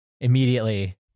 immediately